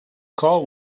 call